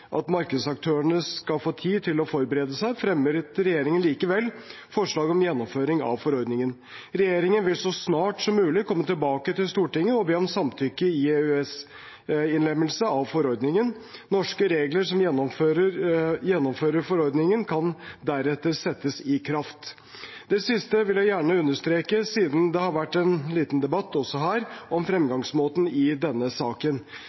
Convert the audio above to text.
at markedsaktørene skal få tid til å forberede seg, fremmer regjeringen likevel forslag om gjennomføring av forordningen. Regjeringen vil så snart som mulig komme tilbake til Stortinget og be om samtykke til EØS-innlemmelse av forordningen. Norske regler som gjennomfører forordningen, kan deretter settes i kraft. Det siste vil jeg gjerne understreke, siden det har vært en liten debatt også her om fremgangsmåten i denne saken.